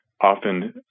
Often